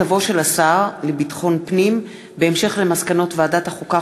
מכתבו של השר לביטחון פנים יצחק אהרונוביץ בהמשך למסקנות ועדת החוקה,